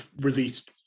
released